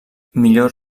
millor